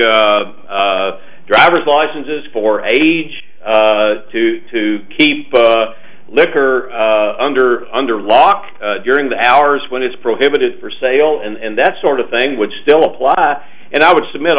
the driver's licenses for age two to keep liquor under under lock during the hours when it's prohibited for sale and that sort of thing would still apply and i would submit